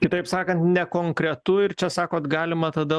kitaip sakant nekonkretu ir čia sakot galima tada